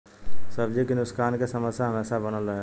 सब्जी के नुकसान के समस्या हमेशा बनल रहेला